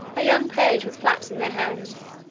a young page with flaps in their hands,